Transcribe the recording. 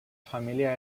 família